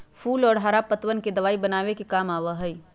फूल और हरा पत्तवन के दवाई बनावे के काम आवा हई